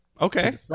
Okay